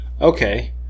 Okay